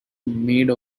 made